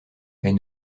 est